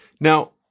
Now